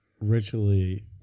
ritually